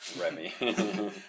Remy